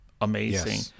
amazing